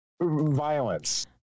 violence